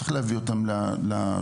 צריך להביא אותם לשולחן,